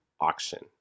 auction